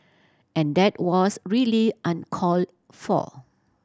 and that was really uncalled for